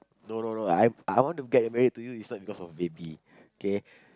no no no I I want to get married to you is not because of baby K